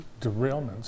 derailments